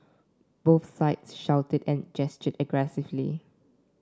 both sides shouted and gestured aggressively